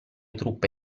truppe